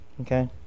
Okay